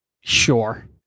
Sure